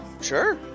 Sure